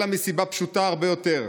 אלא מסיבה פשוטה הרבה יותר: